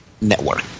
Network